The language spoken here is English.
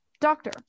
doctor